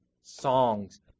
songs